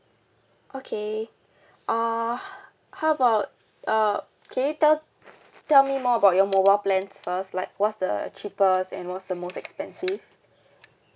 okay uh how about uh can you tell tell me more about your mobile plans first like what's the cheapest and what's the most expensive